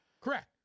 Correct